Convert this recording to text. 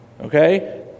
Okay